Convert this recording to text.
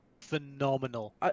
phenomenal